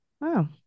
Wow